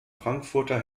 frankfurter